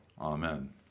Amen